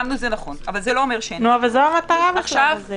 זו המטרה.